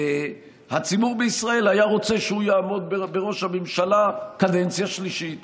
הציבור בישראל היה רוצה שהוא יעמוד בראש הממשלה קדנציה שלישית